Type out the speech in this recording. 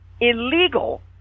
illegal